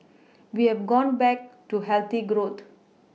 we have gone back to healthy growth